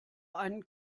einen